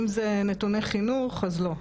אם זה נתוני חינוך אז לא.